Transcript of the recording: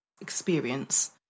experience